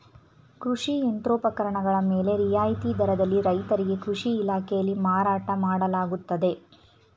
ಕೃಷಿ ಯಂತ್ರೋಪಕರಣಗಳ ಮೇಲೆ ರಿಯಾಯಿತಿ ದರದಲ್ಲಿ ರೈತರಿಗೆ ಕೃಷಿ ಇಲಾಖೆಯಲ್ಲಿ ಮಾರಾಟ ಮಾಡಲಾಗುತ್ತದೆ